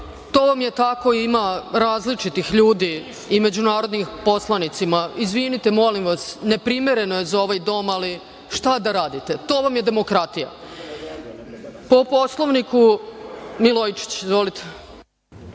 To vam je tako. Ima različitih ljudi i među narodnim poslanicima. Izvinite, molim vas, neprimereno je za ovaj dom, ali šta da radite, to vam je demokratija. Po Poslovniku, Milojičić. Izvolite.